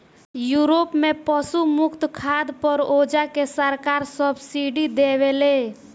Europe में पशु मुक्त खाद पर ओजा के सरकार सब्सिडी देवेले